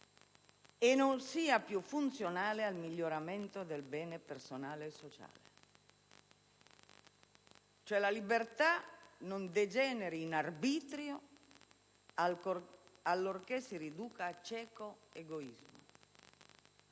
e non sia più funzionale al miglioramento del bene personale e sociale». Ripeto: «se la libertà non degeneri in arbitrio allorché si riduca a cieco egoismo»;